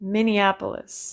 Minneapolis